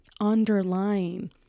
underlying